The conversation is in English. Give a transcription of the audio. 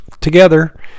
together